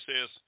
says